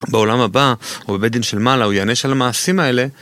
בעולם הבא ובבית דין של מעלה הוא יענש על המעשים האלה